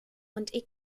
und